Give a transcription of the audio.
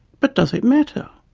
but does it matter?